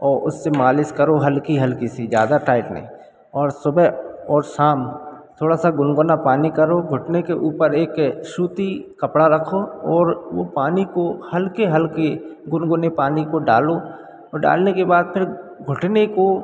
ओ उससे मालिश करो हल्की हल्की सी ज़्यादा टाइट नहीं और सुबह और शाम थोड़ा सा गुनगुना पानी करो घुटने के ऊपर एक सूती कपड़ा रखो ओर वह पानी को हल्के हल्के गुनगुने पानी को डालो और डालने के बाद फिर घुटने को